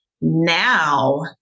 Now